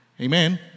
Amen